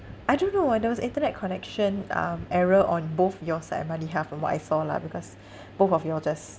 I don't know why there was internet connection um error on both your side and from what I saw lah because both of you all just